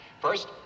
First